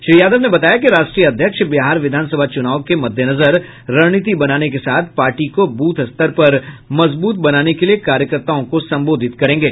श्री यादव ने बताया कि राष्ट्रीय अध्यक्ष बिहार विधानसभा चुनाव के मद्देनजर रणनीति बनाने के साथ पार्टी को बूथ स्तर पर मजबूत बनाने के लिए कार्यकर्ताओ को संबोधित करेंगे